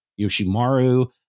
Yoshimaru